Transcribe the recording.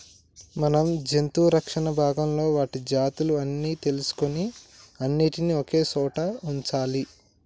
మనం జంతు రక్షణ భాగంలో వాటి జాతులు అన్ని తెలుసుకొని అన్నిటినీ ఒకే సోట వుంచాలి